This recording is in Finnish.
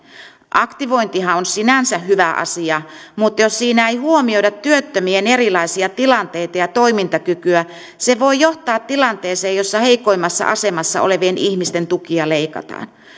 aktivointihan on sinänsä hyvä asia mutta jos siinä ei huomioida työttömien erilaisia tilanteita ja toimintakykyä se voi johtaa tilanteeseen jossa heikoimmassa asemassa olevien ihmisten tukia leikataan